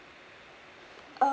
um~